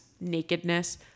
nakedness